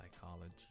psychology